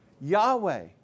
Yahweh